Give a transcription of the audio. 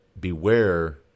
beware